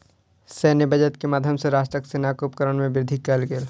सैन्य बजट के माध्यम सॅ राष्ट्रक सेनाक उपकरण में वृद्धि कयल गेल